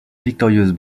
victorieuse